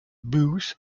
booth